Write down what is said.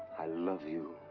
i love you.